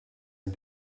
and